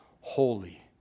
holy